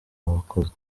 abakozi